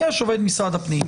יש עובד משרד הפנים,